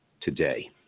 today